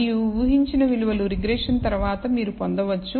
మరియు ఊ హించిన విలువలు రిగ్రెషన్ తర్వాత మీరు పొందవచ్చు